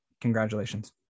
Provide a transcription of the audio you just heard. congratulations